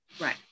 Right